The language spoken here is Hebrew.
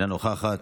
אינה נוכחת,